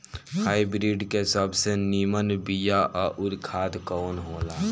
Hybrid के सबसे नीमन बीया अउर खाद कवन हो ला?